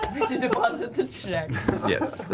deposit the checks. yeah